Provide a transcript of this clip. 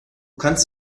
kannst